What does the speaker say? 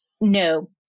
No